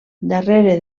darrere